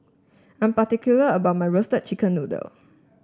I'm particular about my Roasted Chicken Noodle